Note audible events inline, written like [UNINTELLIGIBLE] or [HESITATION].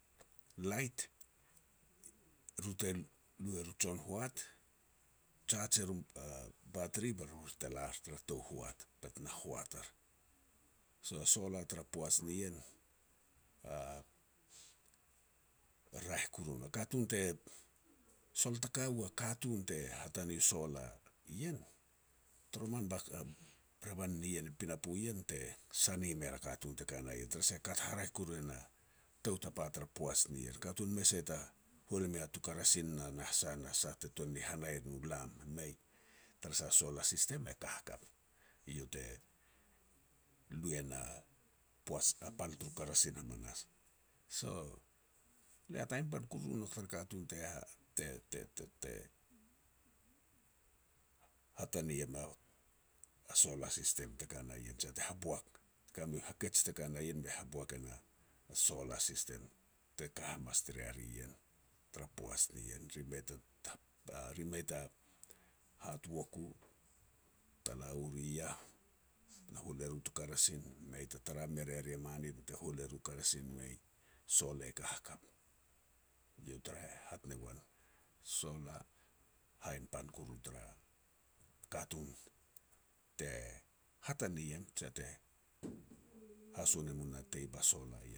lait ru te lu er ni jon hoat e jaj er u batri, beru te lar tara tou hoat, bet na hoat ar. So solar tara poaj ni ien [HESITATION] raeh koru no. Katun te [UNINTELLIGIBLE] sol ta ka u a katun te hatane a solar ien, toroman [HESITATION] ba revan nien pinapo ien te sani mer a katun te ka na ien tara sah, kat haraeh koru e na tou tapa tara poaj nien. Katun mei sai ta hual me tu karasin na sah, na sah, te tuan ni hanai e ru lam, e mei. Tara sah solar system e ka hakap, eiau te lu e na poaj [UNINTELLIGIBLE] a pal turu karasin hamanas. So [HESITATION] lia hat hainpan koru nouk tara katun te ha te-te-te hatani em a solar system te ka na ien je te haboak, te ka mei hakej te ka na ien be haboak e na solar system te ka hamas rea ri ien tara poaj ni ien. Ri mei ta-ta-ta [HESITATION] ri mei ta hat wok u ta la u ri iah, na hual eru tu karasin mei ta tara mea ri ta mane te hual ria ri tu karasin, mei, solar e ka hakap. Eiau te hat ne goan solar hainpan koru tara katun te hatane em jia te [NOISE] haso nem u natei ba solar ien